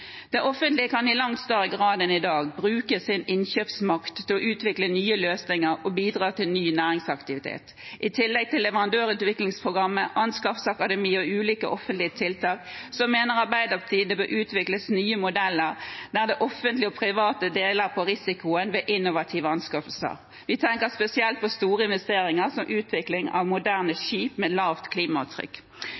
Det offentlige kan i langt større grad enn i dag bruke sin innkjøpsmakt til å utvikle nye løsninger og bidra til ny næringsaktivitet. I tillegg til Leverandørutviklingsprogrammet, Anskaffelsesakademiet og ulike offentlige tiltak mener Arbeiderpartiet det bør utvikles nye modeller der det offentlige og private deler på risikoen ved innovative anskaffelser. Vi tenker spesielt på store investeringer som utvikling av moderne